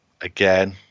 again